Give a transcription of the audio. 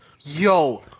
Yo